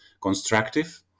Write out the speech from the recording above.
constructive